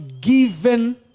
given